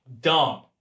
Dumb